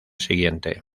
siguiente